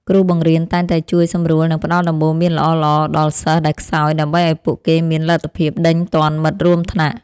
គ្រូបង្រៀនតែងតែជួយសម្រួលនិងផ្ដល់ដំបូន្មានល្អៗដល់សិស្សដែលខ្សោយដើម្បីឱ្យពួកគេមានលទ្ធភាពដេញទាន់មិត្តរួមថ្នាក់។